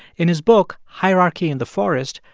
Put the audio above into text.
in his book, hierarchy in the forest,